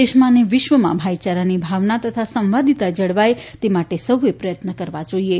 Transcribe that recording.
દેશમાં અને વિશ્વમાં ભાઈચારાની ભાવના તથા સંવાદીતા જળવાય તે માટે સૌએ પ્રયત્ન કરવા જોઇએ